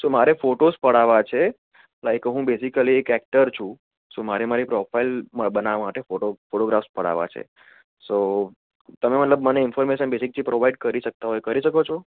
સો મારે ફોટોસ પડાવવા છે લાઇક હું બેઝિકલી એક એક્ટર છું સો મારે મારી પ્રોફાઇલ બનાવવા માટે ફોટો ફોટોગ્રાફ્સ પડાવવા છે સો તમે મતલબ મને ઇન્ફોર્મેશન બેસિકલી પ્રોવાઈડ કરી શકતાં હોય કરી શકો છો